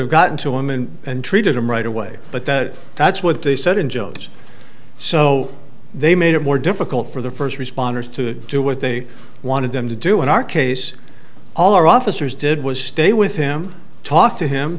have gotten to a woman and treated them right away but that that's what they said in joe's so they made it more difficult for the first responders to do what they wanted them to do in our case all our officers did was stay with him talk to him